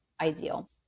ideal